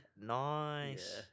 Nice